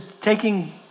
taking